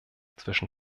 zwischen